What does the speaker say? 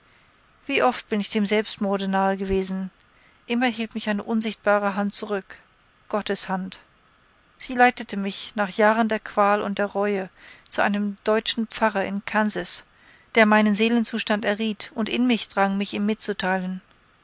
wie oft bin ich dem selbstmorde nahe gewesen immer hielt mich eine unsichtbare hand zurück gottes hand sie leitete mich nach jahren der qual und der reue zu einem deutschen pfarrer in kansas der meinen seelenzustand erriet und in mich drang mich ihm mitzuteilen